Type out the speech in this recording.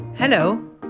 Hello